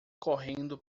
correndo